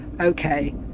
okay